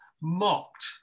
mocked